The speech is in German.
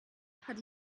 hat